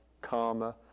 karma